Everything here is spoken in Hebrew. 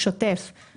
שלכל ספק יהיה מספר,